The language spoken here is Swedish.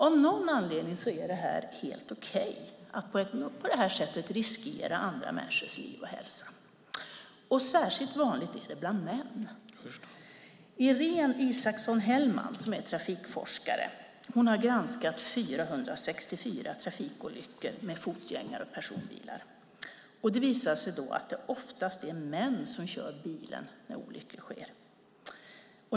Av någon anledning är det helt okej att på det här sättet riskera andra människors liv och hälsa, och det är särskilt vanligt bland män. Irene Isaksson-Hellman, som är trafikforskare, har granskat 464 trafikolyckor med fotgängare och personbilar. Det visar sig att det oftast är män som kör bilen när olyckor sker.